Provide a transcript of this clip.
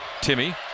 Timmy